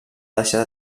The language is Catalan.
deixar